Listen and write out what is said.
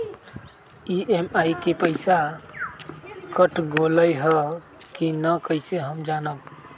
EMI के पईसा कट गेलक कि ना कइसे हम जानब?